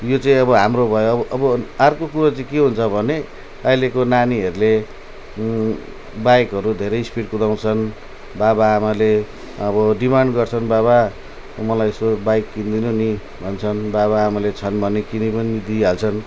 यो चाहिँ अब हाम्रो भयो अब अब अर्को कुरो चाहिँ के हुन्छ भने अहिलेको नानीहरूले बाइकहरू धेरै स्पिड कुदाउँछन् बाबाआमाले अब डिमान्ड गर्छन् बाबा मलाई यसो बाइक किनिदिनु नि भन्छन् बाबाआमाले छन् भने किनी पनि दिइहाल्छन्